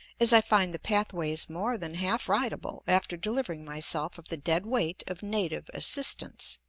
as i find the pathways more than half ridable after delivering myself of the dead weight of native assistance.